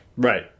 Right